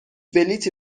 بلیطی